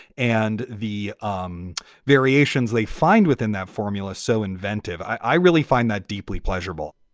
and the um variations they find within that formula so inventive. i really find that deeply pleasurable.